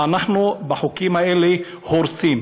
אנחנו בחוקים האלה הורסים.